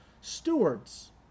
stewards